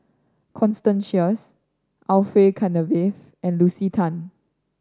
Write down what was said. Constance Sheares Orfeur Cavenagh and Lucy Tan